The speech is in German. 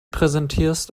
präsentierst